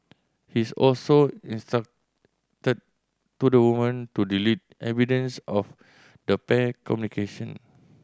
he's also instructed to the woman to delete evidence of the pair communication